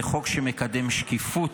זה חוק שמקדם שקיפות.